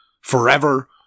forever